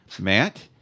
Matt